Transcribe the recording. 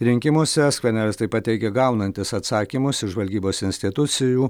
rinkimuose skvernelis taip pat teigė gaunantis atsakymus iš žvalgybos institucijų